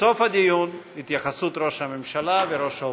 בסוף הדיון, התייחסות ראש הממשלה וראש האופוזיציה.